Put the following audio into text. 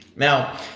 Now